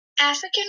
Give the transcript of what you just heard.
African